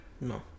No